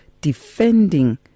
defending